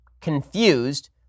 confused